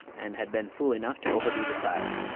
and had been fool enough to overdo the size.